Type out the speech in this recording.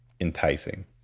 enticing